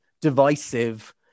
divisive